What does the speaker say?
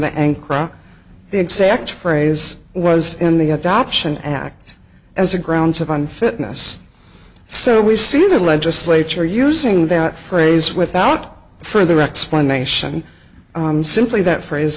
ankara the exact phrase was in the adoption act as a grounds of unfitness so we see the legislature using that phrase without further explanation i'm simply that phrase